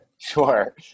Sure